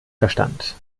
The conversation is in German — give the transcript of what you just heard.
verstand